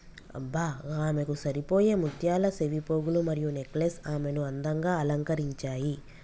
అబ్బ గామెకు సరిపోయే ముత్యాల సెవిపోగులు మరియు నెక్లెస్ ఆమెను అందంగా అలంకరించాయి